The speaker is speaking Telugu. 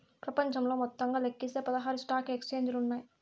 ప్రపంచంలో మొత్తంగా లెక్కిస్తే పదహారు స్టాక్ ఎక్స్చేంజిలు ఉన్నాయి